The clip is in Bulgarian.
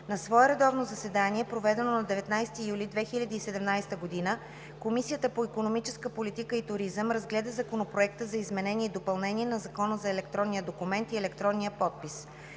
На свое редовно заседание, проведено на 19 юли 2017 г., Комисията по икономическа политика и туризъм разгледа Законопроекта за изменение и допълнение на Закона за електронния документ и електронния подпис.